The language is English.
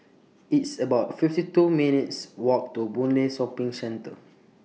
It's about fifty two minutes' Walk to Boon Lay Shopping Centre